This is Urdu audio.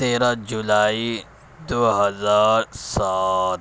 تیرہ جولائی دو ہزار سات